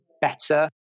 better